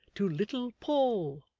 to little paul